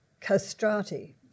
castrati